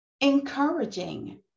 encouraging